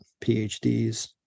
PhDs